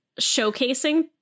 showcasing